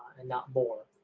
and not more.